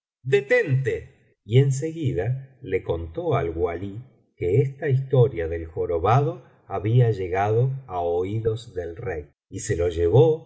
detente y en seguida le contó al walí que esta historia del jorobado había llegado á oídos del rey y se lo llevó